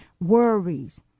worries